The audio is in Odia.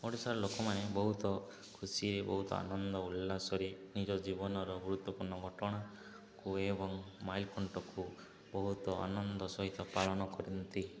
ଓଡ଼ିଶାର ଲୋକମାନେ ବହୁତ ଖୁସିରେ ବହୁତ ଆନନ୍ଦ ଉଲ୍ଲାସରେ ନିଜ ଜୀବନର ଗୁରୁତ୍ୱପୂର୍ଣ୍ଣ ଘଟଣାକୁ ଏବଂ ମାଇଲ ଖୁଣ୍ଟକୁ ବହୁତ ଆନନ୍ଦ ସହିତ ପାଳନ କରନ୍ତି